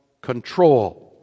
control